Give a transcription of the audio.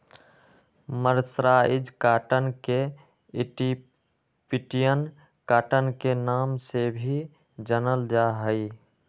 mercerised cotton के Egyptian cotton के नाम से भी जानल जा हई